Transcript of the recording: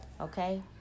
okay